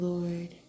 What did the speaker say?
Lord